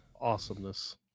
awesomeness